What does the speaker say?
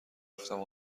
گفتم